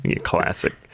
Classic